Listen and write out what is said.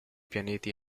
pianeti